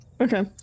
okay